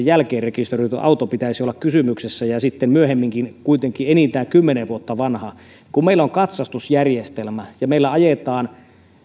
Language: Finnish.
jälkeen rekisteröidyn auton pitäisi olla kysymyksessä ja sitten myöhemminkin kuitenkin enintään kymmenen vuotta vanhan niin kun meillä on katsastusjärjestelmä ja meillä ajetaan